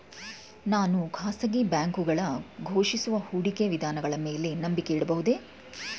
ನಾನು ಖಾಸಗಿ ಬ್ಯಾಂಕುಗಳು ಘೋಷಿಸುವ ಹೂಡಿಕೆ ವಿಧಾನಗಳ ಮೇಲೆ ನಂಬಿಕೆ ಇಡಬಹುದೇ?